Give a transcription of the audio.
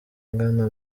nkana